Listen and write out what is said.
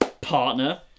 partner